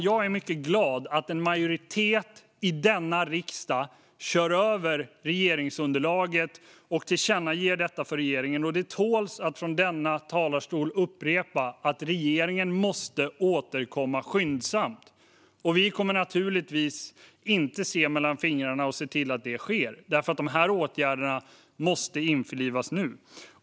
Jag är mycket glad att en majoritet i denna riksdag kör över regeringsunderlaget och tillkännager detta för regeringen. Det tål att från denna talarstol upprepa att regeringen måste återkomma skyndsamt. Vi kommer naturligtvis inte att se mellan fingrarna utan se till att det sker, för de här åtgärderna måste vidtas nu.